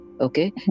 okay